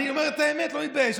אני אומר את האמת, לא מתבייש.